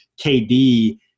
KD